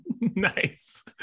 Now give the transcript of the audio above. nice